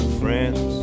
friends